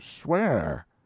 swear